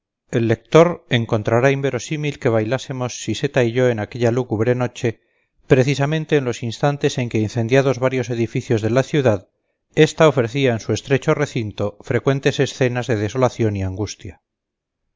el lector encontrará inverosímil que bailásemos siseta y yo en aquella lúgubre noche precisamente en los instantes en que incendiados varios edificios de la ciudad esta ofrecía en su estrecho recinto frecuentes escenas de desolación y angustia